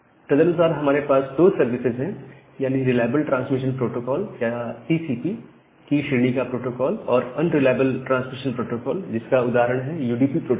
तदनुसार हमारे पास दो सर्विसेज हैं यानी रिलायबल ट्रांसमिशन प्रोटोकॉल या टीसीपी की श्रेणी का प्रोटोकॉल और अनरिलायबल ट्रांसमिशन प्रोटोकॉल जिसका उदाहरण है यूडीपी प्रोटोकोल